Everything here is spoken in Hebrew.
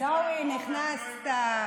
אני בא מרחוק ואני לא, נכנסת.